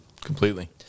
completely